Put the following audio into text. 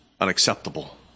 unacceptable